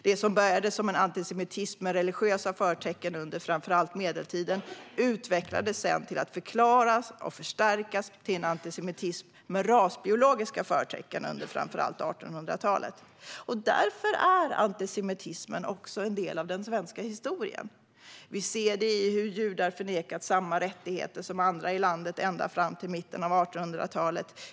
Det som började som en antisemitism med religiösa förtecken under framför allt medeltiden utvecklades sedan till att förklaras av och förstärkas till en antisemitism med rasbiologiska förtecken under framför allt 1800-talet. Därför är antisemitismen också en del av den svenska historien. Vi ser det i hur judar förnekats samma rättigheter som andra i landet ända fram till mitten av 1800-talet.